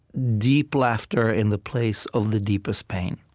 deep laughter in the place of the deepest pain